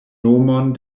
nomon